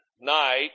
night